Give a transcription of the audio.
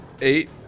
Eight